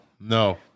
no